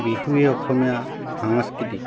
বিহুৱে অসমীয়া সাংস্কৃতিক